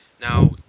Now